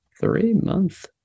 Three-month